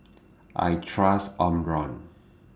I Trust Omron